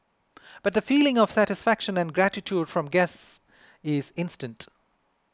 but feeling of satisfaction and gratitude from guests is instant